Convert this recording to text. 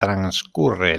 transcurre